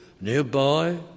nearby